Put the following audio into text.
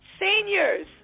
seniors